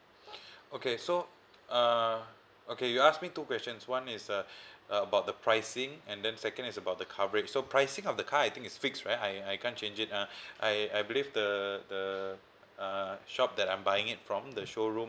okay so uh okay you ask me two questions one is uh about the pricing and then second is about the coverage so pricing of the car I think is fixed right I I can't change it uh I I believe the the uh shop that I'm buying it from the show room